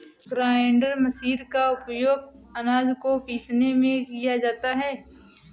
grinder machine का उपयोग आनाज को पीसने में किया जाता है